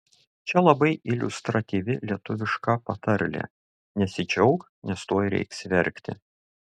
čia labai iliustratyvi lietuviška patarlė nesidžiauk nes tuoj reiks verkti